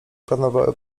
planowały